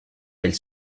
elle